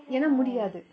ஏனா முடியாது:yena mudiyathu